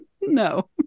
No